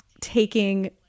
taking